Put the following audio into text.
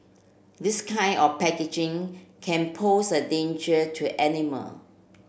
this kind of packaging can pose a danger to animal